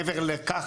מעבר לכך,